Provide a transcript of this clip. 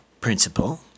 principle